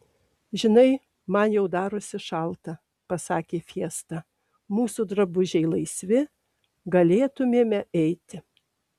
žinai man jau darosi šalta pasakė fiesta mūsų drabužiai laisvi galėtumėme eiti